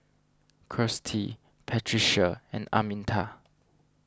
Kirstie Patricia and Arminta